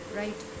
right